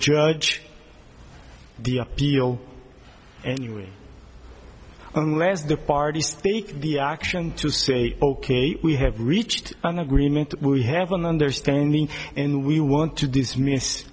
judge the appeal anyway unless the parties stake the action to say ok we have reached an agreement we have an understanding and we want to dismiss